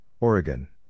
Oregon